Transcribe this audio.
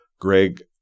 Greg